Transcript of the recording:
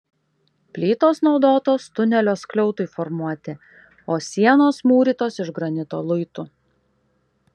plytos naudotos tunelio skliautui formuoti o sienos mūrytos iš granito luitų